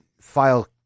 file